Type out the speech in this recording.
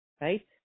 Right